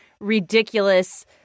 ridiculous